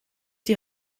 die